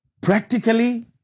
practically